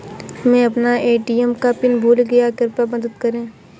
मै अपना ए.टी.एम का पिन भूल गया कृपया मदद करें